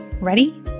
Ready